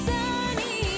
Sunny